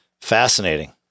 Fascinating